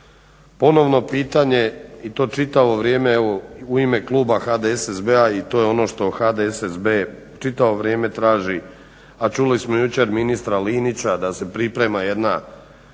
ponovno pitanje i to čitavo vrijeme u ime kluba HDSSB-a i to je ono što HDSSB čitavo vrijeme traži, a čuli smo jučer ministra Linića da se priprema jedna